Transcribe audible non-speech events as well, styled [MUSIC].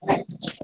[UNINTELLIGIBLE]